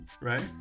right